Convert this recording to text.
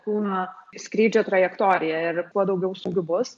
kūno skrydžio trajektoriją ir kuo daugiau smūgių bus